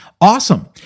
Awesome